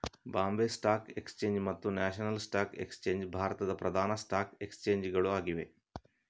Bombay stock exchange ಮತ್ತು national stock exchange ಭಾರತದ ಪ್ರಧಾನ ಸ್ಟಾಕ್ ಎಕ್ಸ್ಚೇಂಜ್ ಗಳು ಆಗಿವೆ